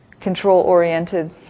control-oriented